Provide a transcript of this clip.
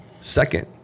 Second